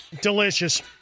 Delicious